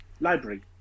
library